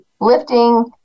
lifting